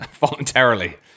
voluntarily